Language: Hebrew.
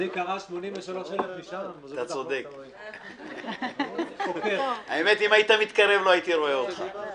ראינו את התופעה הזאת ואיתרנו אותה כתופעה